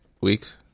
Weeks